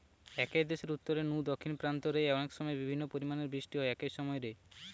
একই দেশের উত্তর নু দক্ষিণ প্রান্ত রে অনেকসময় বিভিন্ন পরিমাণের বৃষ্টি হয় একই সময় রে